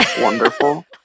Wonderful